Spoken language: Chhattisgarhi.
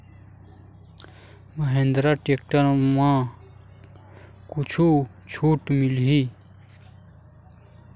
का महिंद्रा टेक्टर म कुछु छुट मिलही?